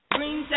Green